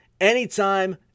anytime